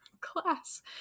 class